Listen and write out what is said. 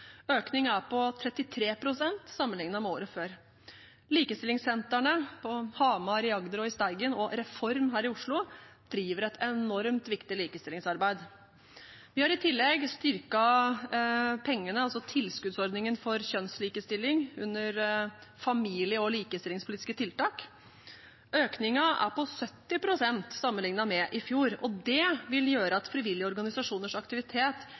er på 33 pst. sammenliknet med året før. Likestillingssentrene på Hamar, i Agder og i Steigen og Reform her i Oslo driver et enormt viktig likestillingsarbeid. Vi har i tillegg styrket tilskuddsordningen for kjønnslikestilling, under familie- og likestillingspolitiske tiltak. Økningen er på 70 pst. sammenliknet med i fjor, og det vil gjøre at frivillige organisasjoners aktivitet